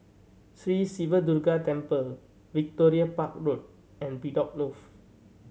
Sri Siva Durga Temple Victoria Park Road and Bedok North